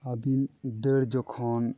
ᱟᱹᱵᱤᱱ ᱫᱟᱹᱲ ᱡᱚᱠᱷᱚᱱ